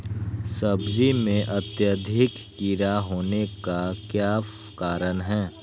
सब्जी में अत्यधिक कीड़ा होने का क्या कारण हैं?